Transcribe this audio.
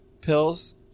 pills